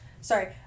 Sorry